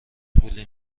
پولی